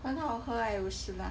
很好喝 eh